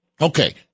Okay